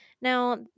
Now